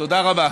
תודה רבה.